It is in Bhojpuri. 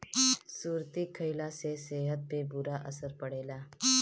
सुरती खईला से सेहत पे बुरा असर पड़ेला